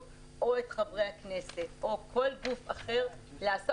או את חברי הכנסת או כל גוף אחר לעשות.